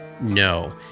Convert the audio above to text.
No